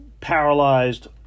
paralyzed